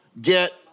get